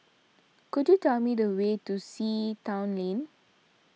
could you tell me the way to Sea Town Lane